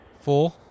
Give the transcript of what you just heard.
four